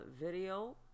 video